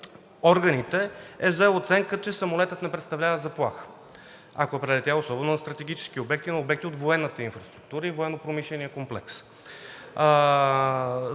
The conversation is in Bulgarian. органите е взел оценка, че самолетът не представлява заплаха, особено ако е прелетял над стратегически обекти и на обекти от военната инфраструктура и Военно-промишления комплекс?